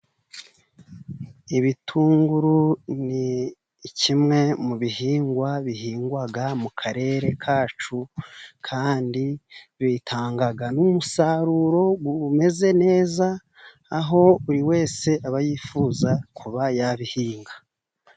Ibitunguru ni kimwe mu bihingwa bihingwa mu karere kacu, kandi bitanga n'umusaruro umeze neza, aho buri wese aba yifuza kuba yabihinga.